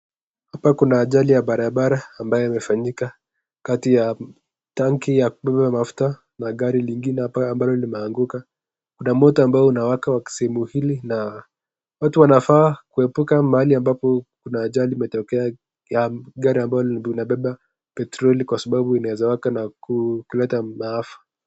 Hapa kuna ajali ya barabara ambayo imefanyika kati ya tangi ya kubeba mafuta na gari lingine ambalo limeanguka. Kuna moto ambao unawaka wa kisehemu ili na watu wanafaa kuepuka mahali ambao ajali imetokea ya gari ambalo inabebeba petroli,(cs), kwa sababu inaweza kuwaka na kulete maafa .